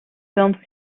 film